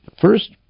First